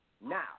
Now